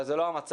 אבל זה לא המצב.